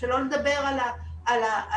שלא לדבר על העסק